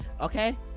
okay